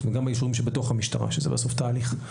גם את האישורים בתוך המשטרה כי בסוף זה תהליך.